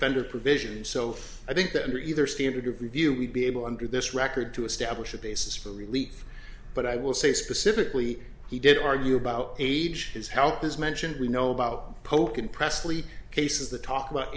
offender provision so i think that under either standard of review we'd be able under this record to establish a basis for relief but i will say specifically he did argue about age his health is mentioned we know about polk and presley cases the talk about